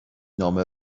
نامه